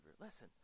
Listen